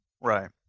Right